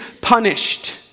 punished